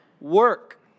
work